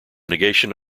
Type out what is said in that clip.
negation